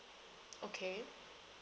okay